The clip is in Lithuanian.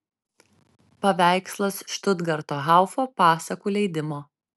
paveikslas štutgarto haufo pasakų leidimo